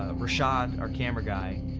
ah irashad, our camera guy,